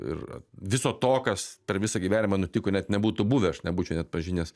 ir viso to kas per visą gyvenimą nutiko net nebūtų buvę aš nebūčiau net pažinęs